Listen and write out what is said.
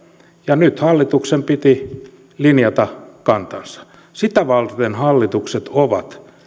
ja nyt hallituksen piti linjata kantansa sitä varten hallitukset ovat